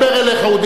הוא דיבר אלינו,